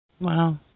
Wow